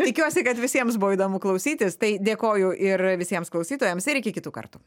tikiuosi kad visiems buvo įdomu klausytis tai dėkoju ir visiems klausytojams ir iki kitų kartų